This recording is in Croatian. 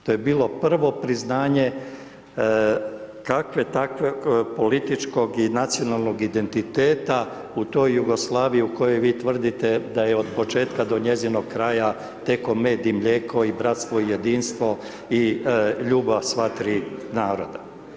To je bilo prvo priznanje kakvog takvog političkog i nacionalnog identiteta u toj Jugoslaviji u kojoj vi tvrdite da je od početka do njezinog kraja, teku med i mlijeko i bratstvo i jedinstvo i ljubav sva tri naroda.